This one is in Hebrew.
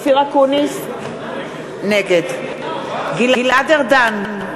נגד גלעד ארדן,